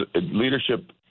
leadership